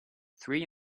three